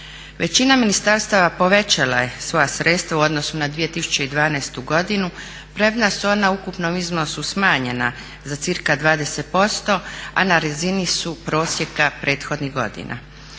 Većina ministarstava povećala je svoja sredstva u odnosu na 2012. godinu, premda su ona u ukupnom iznosu smanjena za cca 20% a na razini su prosjeka prethodnih godina.